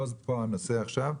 זה לא הנושא עכשיו.